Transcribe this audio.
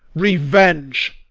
revenge.